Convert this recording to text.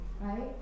right